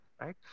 right